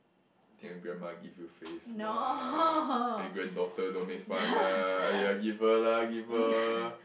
then grandma give you face lah hey granddaughter don't make fun lah !aiya! give her lah give her